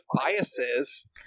biases